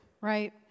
Right